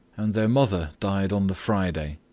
and their mother died on the friday.